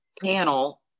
panel